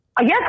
Yes